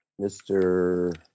Mr